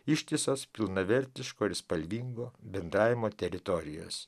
ištisas pilnavertiško ir spalvingo bendravimo teritorijas